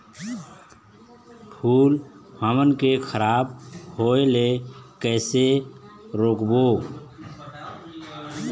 फूल हमन के खराब होए ले कैसे रोकबो?